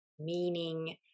meaning